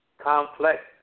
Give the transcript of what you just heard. complex